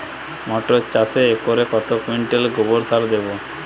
মটর চাষে একরে কত কুইন্টাল গোবরসার দেবো?